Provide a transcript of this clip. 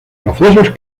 procesos